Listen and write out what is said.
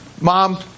Mom